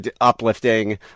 uplifting